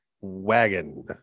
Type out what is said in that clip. wagon